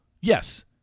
yes